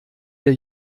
der